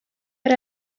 per